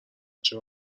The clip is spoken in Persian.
چرا